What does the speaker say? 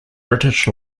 british